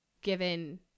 given